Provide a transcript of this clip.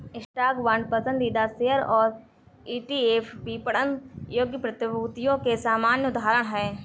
stock, bond, पसंदीदा share और ETF विपणन योग्य प्रतिभूतियों के सामान्य उदाहरण हैं